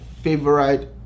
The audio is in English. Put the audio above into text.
favorite